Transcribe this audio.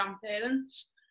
grandparents